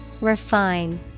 Refine